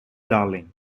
darling